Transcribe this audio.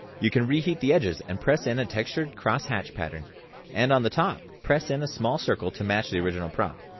you can re-heat the edges and press in a textured cross-hatch pattern and on the top press in a small circle to match the original prop.